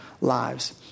lives